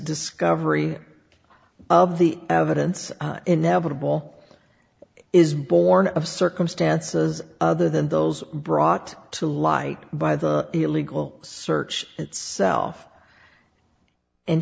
discovery of the evidence inevitable is borne of circumstances other than those brought to light by the illegal search itself and